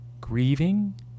grieving